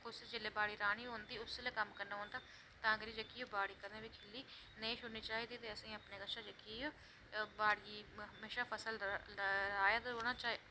जिसलै बाड़ी राह्नी होंदी उसलै कम्म करना पौंदा ते तां करियै एह् बाड़ी असें खेड़ी नेईं छुड़नी चाहिदी ते बाड़ियै च हमेशा फसल राह्ना चाहिदा